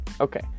okay